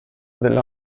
della